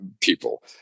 people